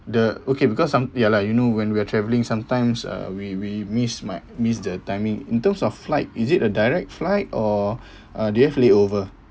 the okay because some ya lah you know when we're traveling sometimes uh we we miss might miss the timing in terms of flight is it a direct flight or are they have layover